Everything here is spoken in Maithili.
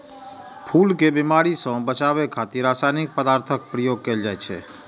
फूल कें बीमारी सं बचाबै खातिर रासायनिक पदार्थक प्रयोग कैल जाइ छै